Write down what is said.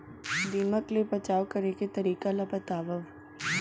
दीमक ले बचाव करे के तरीका ला बतावव?